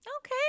Okay